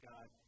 God